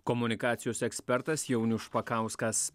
komunikacijos ekspertas jaunius špakauskas